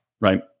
right